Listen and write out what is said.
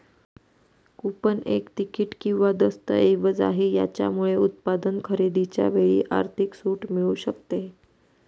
coupon एक ticket किंवा दस्तऐवज आहे, याच्यामुळे उत्पादन खरेदीच्या वेळी आर्थिक सूट मिळू शकते